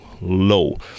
low